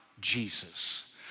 Jesus